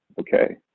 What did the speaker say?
Okay